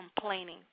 complaining